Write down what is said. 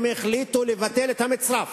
הם החליטו לבטל את המצרף.